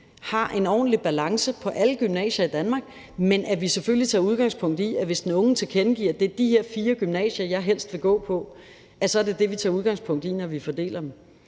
har en ordentlig balance på alle gymnasier i Danmark, men at det, hvis den unge tilkendegiver, at det er de her fire gymnasier, vedkommende helst vil gå på, så er det, vi tager udgangspunkt i, når vi fordeler dem.